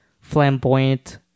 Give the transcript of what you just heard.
flamboyant